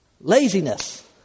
Laziness